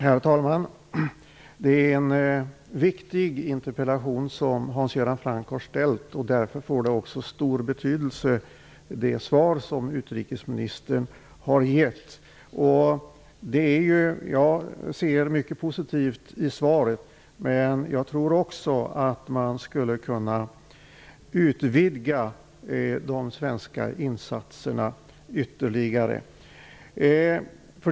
Herr talman! Det är en viktig interpellation som Hans Göran Franck har ställt, och därför får också det svar utrikesministern har givit stor betydelse. Jag ser mycket positivt i svaret, men jag tror också att man skulle kunna utvidga de svenska insatserna ytterligare.